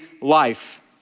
life